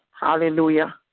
Hallelujah